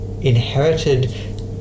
inherited